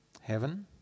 Heaven